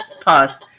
pause